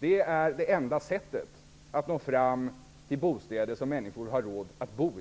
Det är det enda sättet att få fram bostäder som människor har råd att bo i.